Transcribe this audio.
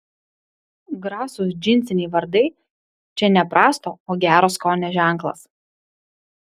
grasūs džinsiniai vardai čia ne prasto o gero skonio ženklas